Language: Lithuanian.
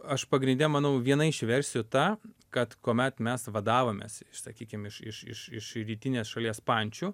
aš pagrinde manau viena iš versijų ta kad kuomet mes vadavomės iš sakykim iš iš iš iš rytinės šalies pančių